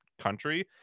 country